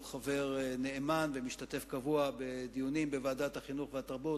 שהוא חבר נאמן ומשתתף קבוע בדיונים בוועדת החינוך והתרבות,